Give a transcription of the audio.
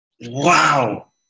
Wow